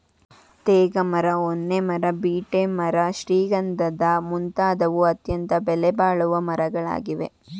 ತೇಗ ಮರ, ಹೊನ್ನೆ ಮರ, ಬೀಟೆ ಮರ ಶ್ರೀಗಂಧದ ಮುಂತಾದವು ಅತ್ಯಂತ ಬೆಲೆಬಾಳುವ ಮರಗಳಾಗಿವೆ